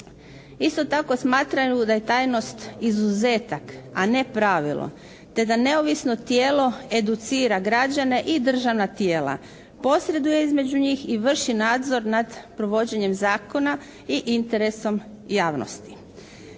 Isto tako smatraju da je tajnost izuzetak a ne pravilo te da neovisno tijelo educira građane i državna tijela, posreduje između njih i vrši nadzor nad provođenjem zakona i interesom javnosti.